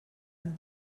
ein